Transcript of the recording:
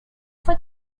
fue